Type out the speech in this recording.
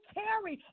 carry